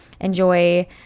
enjoy